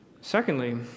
Secondly